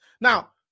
Now